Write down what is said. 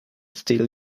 steal